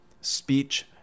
speech